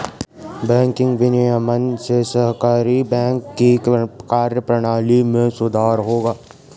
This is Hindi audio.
बैंकिंग विनियमन से सहकारी बैंकों की कार्यप्रणाली में सुधार होगा